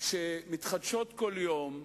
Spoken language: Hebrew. מתחדשות כל יום,